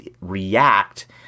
react